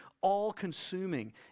all-consuming